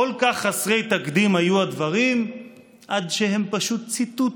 כל כך חסרי תקדים היו הדברים עד שהם פשוט ציטוט